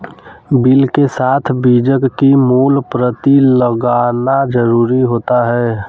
bill के साथ बीजक की मूल प्रति लगाना जरुरी होता है